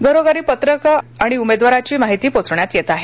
घरोघरी पत्रक आणि उमेदवाराची माहिती पोचवण्यात येत आहे